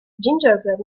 gingerbread